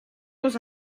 was